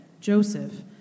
Joseph